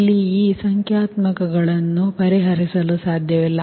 ಇಲ್ಲಿ ಈಗ ಸಂಖ್ಯಾತ್ಮಕಗಳನ್ನು ಪರಿಹರಿಸಲು ಸಾಧ್ಯವಿಲ್ಲ